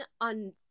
on